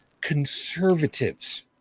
conservatives